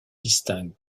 distincts